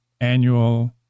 annual